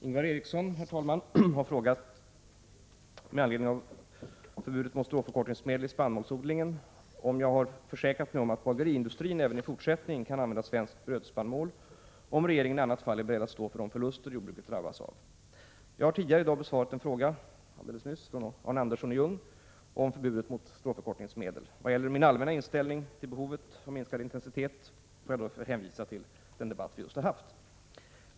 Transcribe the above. Herr talman! Ingvar Eriksson har med anledning av förbudet mot användning av stråförkortningsmedel i spannmålsodlingen frågat mig om jag har försäkrat mig om att bageriindustrin även i fortsättningen kan använda svensk brödspannmål och om regeringen i annat fall är beredd att stå för de förluster jordbruket drabbas av. Jag har alldeles nyss besvarat en fråga från Arne Andersson i Ljung om förbudet mot stråförkortningsmedel. Vad gäller min allmänna inställning till behovet av minskad intensitet i jordbruket vill jag hänvisa till den debatt som just har förts.